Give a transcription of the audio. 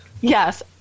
Yes